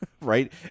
right